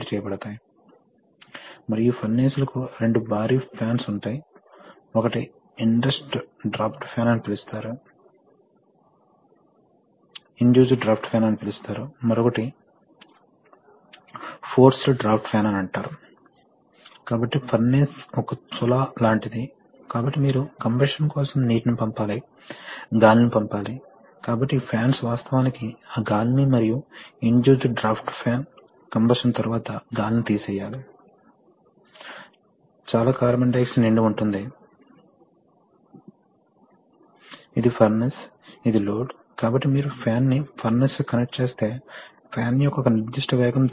కాబట్టి కొన్ని ప్రాంతాలలో విస్తరించిన అనేక అప్లికేషన్స్ ఉన్న సందర్భాల్లో సాధారణంగా న్యుమాటిక్ సిస్టమ్స్ ధర చౌకగా మారుతుంది ఇప్పుడు న్యుమాటిక్ సిస్టమ్స్ యొక్క మరొక ముఖ్యమైన ప్రయోజనం ఏమిటంటే ఎలక్ట్రిక్ సిస్టమ్స్ ఉన్నప్పుడు మీకు ఎలక్ట్రిక్ స్పార్క్స్ వల్ల ఫైర్ జరిగే అవకాశం ఉంది మరియు హైడ్రాలిక్ ఆయిల్ పెట్రోలియం ఉత్పన్నాలు నిప్పు వలన కాలిపోయే ప్రమాదం ఉంటుంది న్యుమాటిక్ సిస్టమ్స్ అంతర్గతంగా సురక్షితంగా ఉంటాయి మరియు అందువల్ల తరచుగా పేలుడు పర్యావరణం లో ఉపయోగించడానికి ఇష్టపడతారు